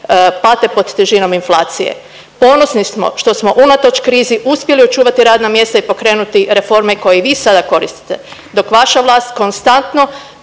pate pod težinom inflacije. Ponosni smo što smo unatoč krizi uspjeli očuvati radna mjesta i pokrenuti reforme koje vi sada koristite dok vaša vlast konstantno